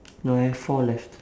no I have four left